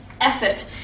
Effort